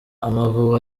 amavubi